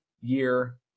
year